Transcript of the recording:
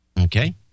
Okay